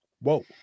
Whoa